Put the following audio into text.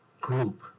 group